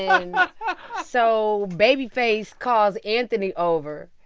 and so babyface calls anthony over.